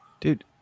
Dude